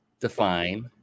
define